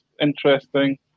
interesting